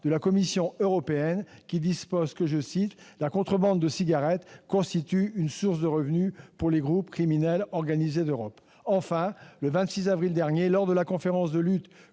de la Commission européenne qui dispose :« La contrebande de cigarettes constitue une source de revenus pour les groupes criminels organisés d'Europe. » Enfin, le 26 avril dernier, lors de la Conférence de lutte